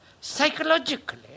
psychologically